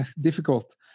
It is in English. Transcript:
difficult